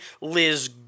Liz